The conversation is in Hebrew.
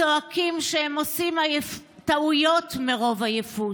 צועקים שהם עושים טעויות מרוב עייפות.